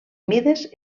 mides